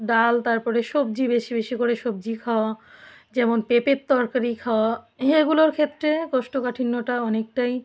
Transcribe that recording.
ডাল তারপরে সবজি বেশি বেশি করে সবজি খাওয়া যেমন পেঁপের তরকারি খাওয়া এগুলোর ক্ষেত্রে কোষ্ঠকাঠিন্যটা অনেকটাই